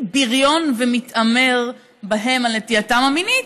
בריון ומתעמר בהם על נטייתם המינית,